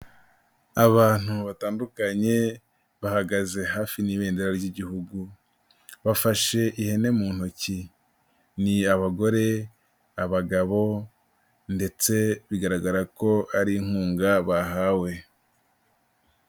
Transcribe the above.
Abantu batandukanye bahagaze hafi n'ibendera ry'Igihugu, bafashe ihene mu ntoki, ni abagore, abagabo ndetse bigaragara ko ari inkunga bahawe.